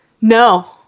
No